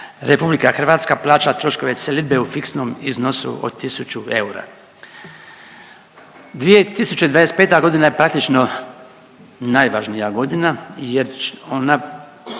Republika Hrvatska plaća troškove selidbe u fiksnom iznosu od 1000 eura. 2025. godina je praktično najvažnija godina, jer ona